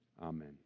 Amen